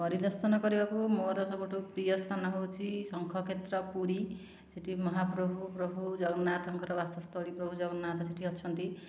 ପରିଦର୍ଶନ କରିବାକୁ ମୋର ସବୁଠୁ ପ୍ରିୟ ସ୍ଥାନ ହେଉଛି ଶଙ୍ଖ କ୍ଷେତ୍ର ପୁରୀ ସେଠି ମହାପ୍ରଭୁ ପ୍ରଭୁ ଜଗନ୍ନାଥଙ୍କ ବାସସ୍ଥଳୀ ପ୍ରଭୁ ଜଗନ୍ନାଥ ସେଠି ଅଛନ୍ତି